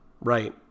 right